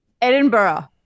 Edinburgh